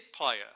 player